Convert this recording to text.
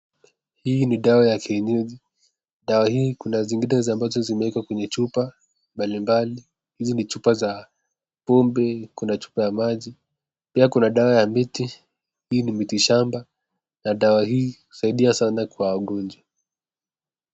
Hii ni dawa ya kienyeji, dawa hii kuna zingine ambazo zimewekwa kwa chupa mbalimbali, hizi ni chupa za pombe kuna chupa ya maji, pia kuna dawa ya miti, hii ni miti shamba na dawa hii husaidia sana kwa wagonjwa.